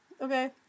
Okay